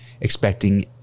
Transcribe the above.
expecting